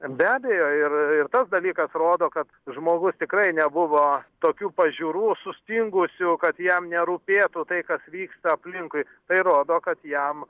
be abejo ir ir tas dalykas rodo kad žmogus tikrai nebuvo tokių pažiūrų sustingusių kad jam nerūpėtų tai kas vyksta aplinkui tai rodo kad jam